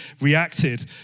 reacted